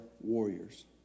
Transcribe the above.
warriors